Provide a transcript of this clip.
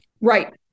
Right